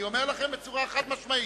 אני אומר לכם בצורה חד-משמעית.